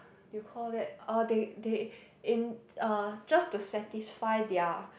you call that orh they they in uh just to satisfy their